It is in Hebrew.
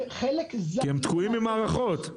כי הם תקועים עם מערכות.